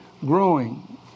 growing